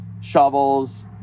shovels